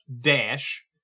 dash